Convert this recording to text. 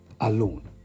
alone